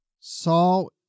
Saul